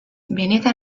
benetan